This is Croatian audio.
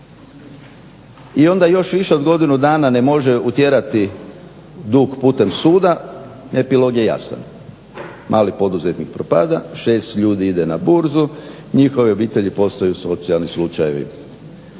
i onda još više od godinu dana ne može utjerati dug putem suda epilog je jasan. Mali poduzetnik propada, šest ljudi ide na burzu, njihove obitelji postaju socijalni slučajevi.